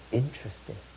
interesting